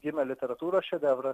gimė literatūros šedevras